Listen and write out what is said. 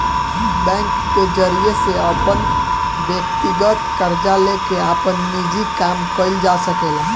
bank के जरिया से अपन व्यकतीगत कर्जा लेके आपन निजी काम कइल जा सकेला